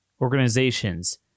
Organizations